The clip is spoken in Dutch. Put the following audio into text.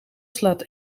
slaat